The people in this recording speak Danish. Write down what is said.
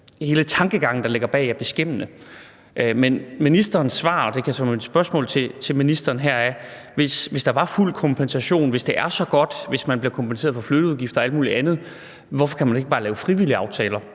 hele tankegangen, der ligger bag, er beskæmmende. Men i forhold til ministerens svar vil jeg spørge – og det kan så være mit spørgsmål til ministeren: Hvis der var fuld kompensation, og hvis det er så godt, at man bliver kompenseret for flytteudgifter og alt mulig andet, hvorfor kan man så ikke bare lave frivillige aftaler?